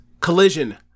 Collision